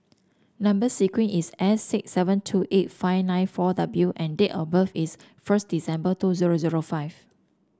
number sequence is S six seven two eight five nine four W and date of birth is first December two zero zero five